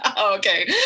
Okay